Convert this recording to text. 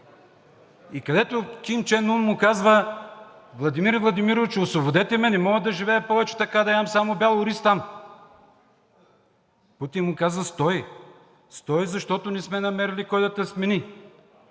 където Ким Чен Ун му казва: „Владимир Владимирович, освободете ме, не мога да живея повече така – да ям само бял ориз там.“ Путин му казва: „Стой! Стой, защото не сме намерили кой да те смени.“